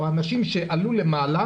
או אנשים שעלו למעלה,